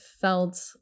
felt